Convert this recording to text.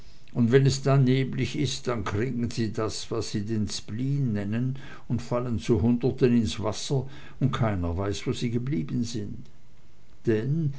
und wenn es dann neblig ist dann kriegen sie das was sie den spleen nennen und fallen zu hunderten ins wasser und keiner weiß wo sie geblieben sind denn